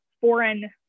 foreign